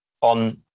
on